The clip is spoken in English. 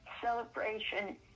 Celebration